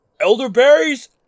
Elderberries